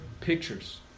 pictures